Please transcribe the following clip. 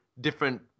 different